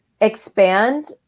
expand